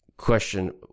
Question